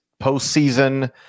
postseason